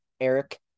Eric